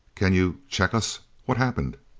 can you check us? what happened?